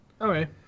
Okay